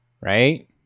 right